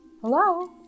Hello